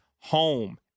home